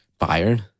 Bayern